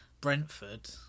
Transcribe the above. Brentford